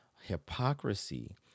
hypocrisy